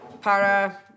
Para